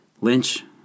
Lynch